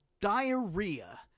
diarrhea